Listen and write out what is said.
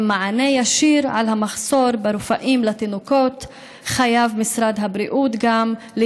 במענה ישיר על המחסור ברופאים לתינוקות משרד הבריאות גם חייב